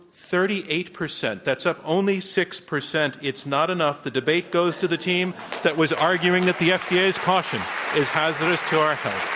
thirty eight percent. that's up only six percent. it's not enough. the debate goes to the team that was arguing that the fda's caution is hazardous to our health.